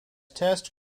test